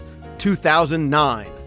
2009